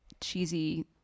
cheesy